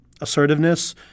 assertiveness